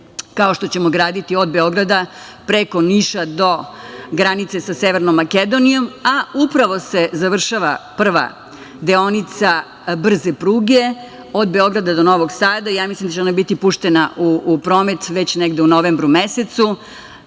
kao što ćemo graditi od Beograda preko Niša do granice sa Severnom Makedonijom, a upravo se završava prva deonica brze pruge od Beograda do Novog Sada i ja mislim da će ona biti puštena u promet već negde u novembru mesecu.O